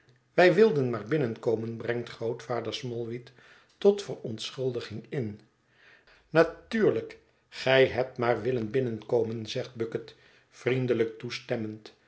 wij wilden maar binnenkomen brengt grootvader smallweed tot verontschuldiging in natuurlijk gij hebt maar willen binnenkomen zegt bucket vriendelijk toestemmend